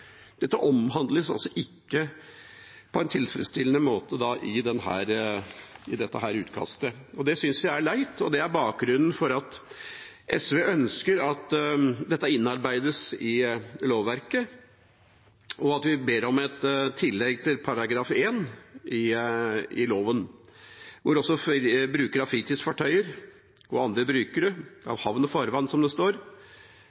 Dette omhandles ikke på en tilfredsstillende måte i dette utkastet, og det synes jeg er leit. Det er bakgrunnen for at SV ønsker at dette innarbeides i lovverket, og at vi ber om et tillegg til § 1 i loven, som «sikrer at loven også fremmer sikkerhet og trivsel for brukere av fritidsfartøyer og andre brukere